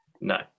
No